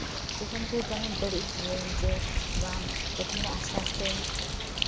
ᱯᱨᱚᱛᱷᱚᱢ ᱢᱚᱱᱮᱭᱟ ᱫᱟᱲᱮᱭᱟᱜ ᱜᱤᱭᱟᱹᱧ ᱡᱮ ᱵᱟᱝ ᱯᱨᱚᱛᱷᱚᱢ ᱨᱮ ᱟᱥᱛᱮ ᱟᱥᱛᱮ ᱤᱧ